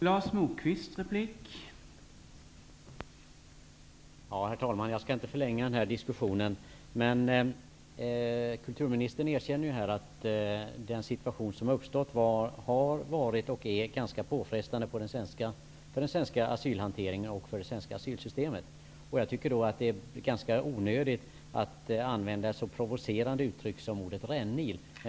Herr talman! Jag skall inte förlänga diskussionen. Kulturministern erkänner ju här att den situation som uppstått har varit och är ganska påfrestande för den svenska asylhanteringen och det svenska asylsystemet. Jag tycker att det är ganska onödigt att använda ett så provocerade uttryck som ordet rännil.